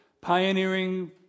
pioneering